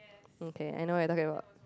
okay I know what you talking about